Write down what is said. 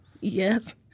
Yes